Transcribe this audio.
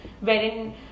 wherein